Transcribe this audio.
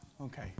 okay